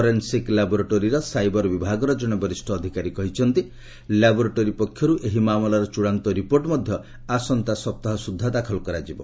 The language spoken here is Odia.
ଫୋରେନ୍ସିକ୍ ଲାବ୍ରୋଟୋରୀର ସାଇବର ବିଭାଗର ଜଣେ ବରିଷ୍ଠ ଅଧିକାରୀ କହିଛନ୍ତି ଯେ ଲାବ୍ରୋଟୋରୀ ପକ୍ଷରୁ ଏହି ମାମଲାର ଚଡ଼ାନ୍ତ ରିପୋର୍ଟ ମଧ୍ୟ ଆସନ୍ତା ସପ୍ତାହ ସୁଦ୍ଧା ଦାଖଲ କରାଯିବ